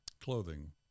clothing